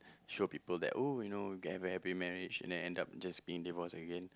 show people that oh you know get a very happy marriage and then end up just being divorce again